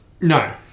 No